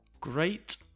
Great